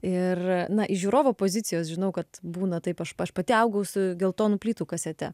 ir na iš žiūrovo pozicijos žinau kad būna taip aš aš pati augau su geltonų plytų kasete